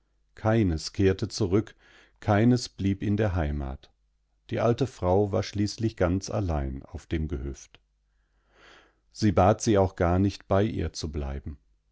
keines kehrte zurück keines blieb in der heimat die alte frauwarschließlichganzalleinaufdemgehöft siebatsieauchgarnicht beiihrzubleiben dufindestdochnicht rödlinna daß ich sie bitten sollte hier bei mir zu bleiben